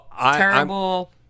terrible